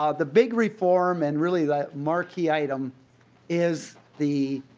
um the big reform and really the marquis item is the